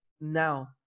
now